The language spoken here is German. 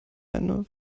eine